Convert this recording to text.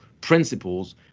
principles